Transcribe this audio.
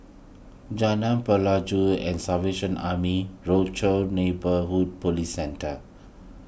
Jalan Pelajau the Salvation Army Rochor Neighborhood Police Centre